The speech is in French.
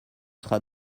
sera